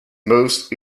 most